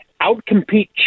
outcompete